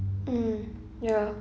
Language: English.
mm ya